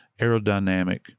aerodynamic